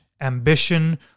ambition